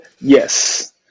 yes